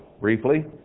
briefly